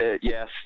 Yes